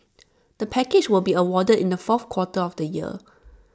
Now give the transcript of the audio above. the package will be awarded in the fourth quarter of the year